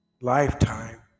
lifetime